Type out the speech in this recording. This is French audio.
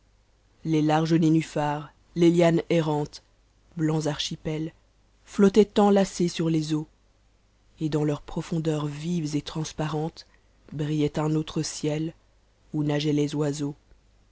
les tardes nénuphars les lianos errantes blancs archipels nottatent enlacés sur les eaux et dans leurs profondeurs vives et transparentes brthatt un autre etet où nageatent les oiseaux